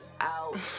out